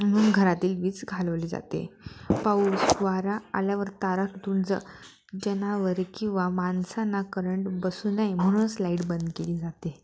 म्हणून घरातील वीज घालवली जाते पाऊस वारा आल्यावर तारा तुटून ज जनावरे किंवा माणसांना करंट बसू नये म्हणूनच लाईट बंद केली जाते